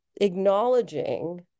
acknowledging